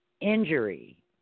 injury